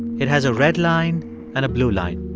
it has a red line and a blue line.